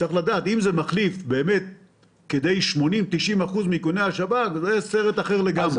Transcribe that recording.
אם זה מחליף 80% או 90% מאיכוני השב"כ זה כבר סרט אחר לגמרי.